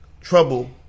trouble